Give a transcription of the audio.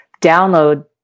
download